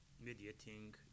mediating